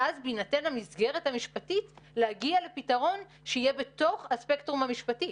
ואז בהינתן המסגרת המשפטית להגיע לפתרון שיהיה בתוך הספקטרום המשפטי.